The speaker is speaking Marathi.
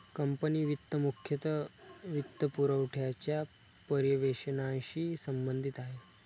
कंपनी वित्त मुख्यतः वित्तपुरवठ्याच्या पर्यवेक्षणाशी संबंधित आहे